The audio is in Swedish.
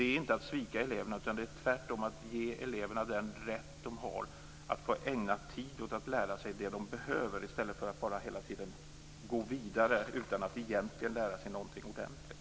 Det är inte att svika eleverna, utan det är tvärtom att ge eleverna den rätt de har att få ägna tid åt att lära sig det som de behöver, i stället för att hela tiden bara gå vidare utan att egentligen lära sig någonting ordentligt.